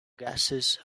gases